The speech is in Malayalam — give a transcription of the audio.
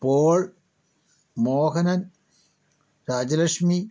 പോൾ മോഹനൻ രാജലക്ഷ്മി